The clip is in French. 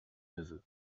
neveux